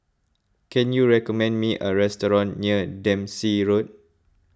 can you recommend me a restaurant near Dempsey Road